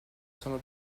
sono